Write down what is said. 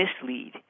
mislead